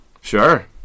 Sure